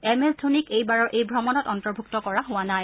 M S ধোনীক এইবাৰৰ এই ভ্ৰমনত অন্তৰ্ভুক্ত কৰা হোৱা নাই